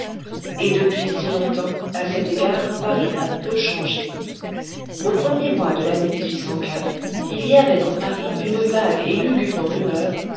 et depuis si longtemps à cet égard paris a peu changé aux premiers mois de l'année il y avait dans paris une vague et lugubre rumeur